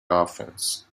offence